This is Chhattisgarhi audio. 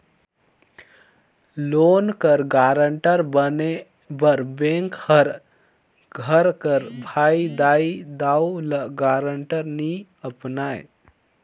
लोन कर गारंटर बने बर बेंक हर घर कर भाई, दाई, दाऊ, ल गारंटर नी अपनाए